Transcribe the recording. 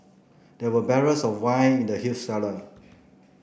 there were barrels of wine in the huge cellar